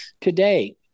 today